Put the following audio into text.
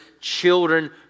children